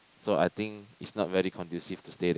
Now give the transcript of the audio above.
so I think is not very conducive to stay there